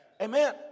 Amen